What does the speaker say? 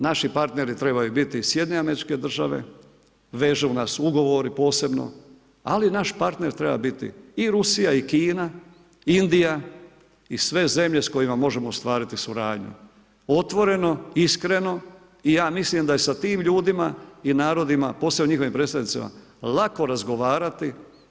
Naši partneri trebaju biti SAD, vežu nas ugovori, posebno, ali naš partner treba biti i Rusija i Kina, Indija i sve zemlje s kojima možemo ostvariti suradnju, otvoreno, iskreno i ja mislim da je sa tim ljudima i narodima, posebno njihovim predstavnicima lako razgovarati.